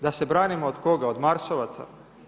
Da se branimo od koga, od marsovaca?